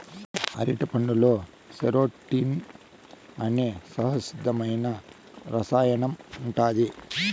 అరటిపండులో సెరోటోనిన్ అనే సహజసిద్ధమైన రసాయనం ఉంటాది